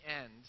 end